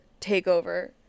takeover